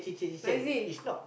noisy